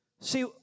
See